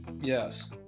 Yes